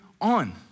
on